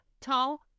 tall